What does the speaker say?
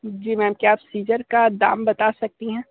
जी ma'am क्या आप scissor का दाम बता सकती हैं